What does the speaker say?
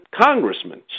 congressmen